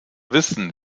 wissen